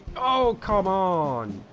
oh come on.